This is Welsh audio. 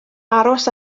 aros